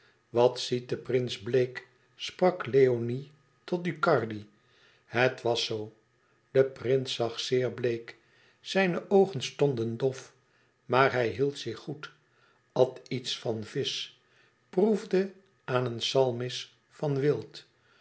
wat ziet de prins bleek sprak leoni tot ducardi het was zoo de prins zag zeer bleek zijne oogen stonden dof maar hij hield zich goed at iets van visch proefde aan een salmis van wild